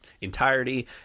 entirety